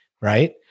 Right